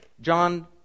John